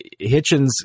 Hitchens